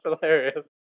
hilarious